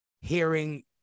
hearing